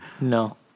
No